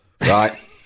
Right